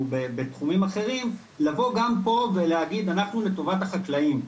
בתחומים אחרים לבוא גם פה ולהגיד "אנחנו לטובת החקלאים".